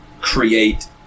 create